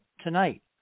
tonight